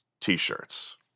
t-shirts